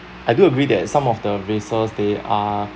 I do agree that some of the races they are